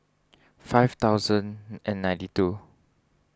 five thousand and ninety two